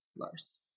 Lars